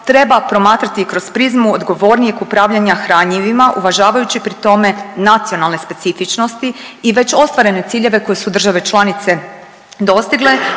treba promatrati kroz prizmu odgovornijeg upravljanja hranjivima uvažavajući pri tome nacionalne specifičnosti i već ostvarene ciljeve koje su države članice dostigle